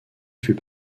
fut